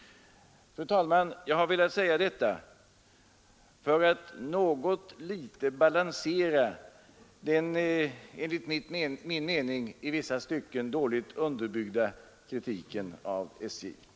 Fru talman! Jag har velat säga detta för att något litet balansera den enligt min mening i vissa stycken dåligt underbyggda kritiken av statens järnvägar.